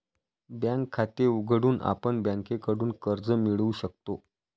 bank खाते उघडून आपण बँकेकडून कर्ज मिळवू शकतो